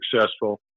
successful